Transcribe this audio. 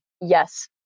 Yes